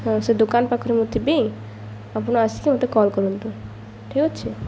ହଁ ସେ ଦୋକାନ ପାଖରେ ମୁଁ ଥିବି ଆପଣ ଆସିକି ମୋତେ କଲ୍ କରନ୍ତୁ ଠିକ୍ ଅଛି